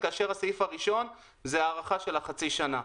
כאשר הסעיף הראשון זה הארכה של חצי שנה.